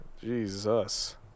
Jesus